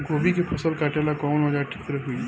गोभी के फसल काटेला कवन औजार ठीक होई?